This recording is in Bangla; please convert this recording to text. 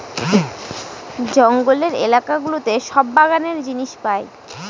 জঙ্গলের এলাকা গুলোতে সব বাগানের জিনিস পাই